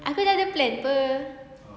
aku dah ada plan [pe]